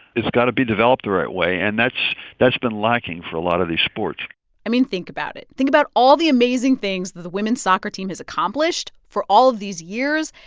it's got to be developed the right way. and that's that's been lacking for a lot of these sports i mean, think about it. think about all the amazing things that the women's soccer team has accomplished for all of these years.